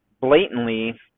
blatantly